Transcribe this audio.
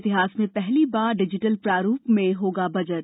इतिहास में पहली बार डिजिटल प्रारूप में होगा बजट